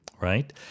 right